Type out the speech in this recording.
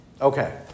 okay